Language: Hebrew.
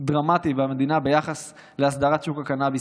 דרמטי במדינה ביחס להסדרת שוק הקנביס,